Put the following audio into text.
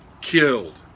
killed